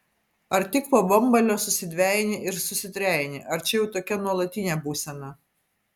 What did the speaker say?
ar tik po bambalio susidvejini ir susitrejini ar čia jau tokia nuolatinė būsena